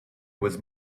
was